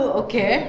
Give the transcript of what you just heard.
okay